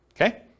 okay